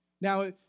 Now